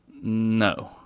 no